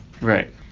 Right